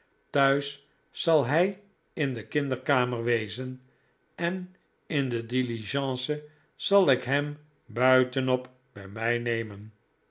thuis zal hij in de kinderkamer wezen en in de diligence zal ik hem buitenop bij mij nemen